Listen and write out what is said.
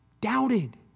doubted